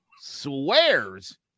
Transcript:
swears